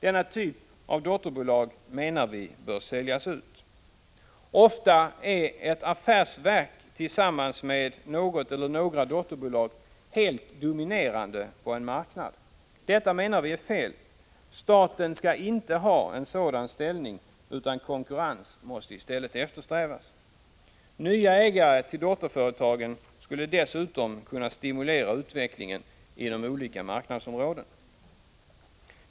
Denna typ av dotterbolag menar vi bör säljas ut. Ofta är ett affärsverk tillsammans med något eller några dotterbolag helt dominerande på en marknad. Detta menar vi är fel. Staten skall inte ha en sådan ställning, utan konkurrens måste i stället eftersträvas. Nya ägare till dotterföretagen skulle dessutom kunna stimulera utvecklingen inom olika marknadsområden.